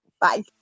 Bye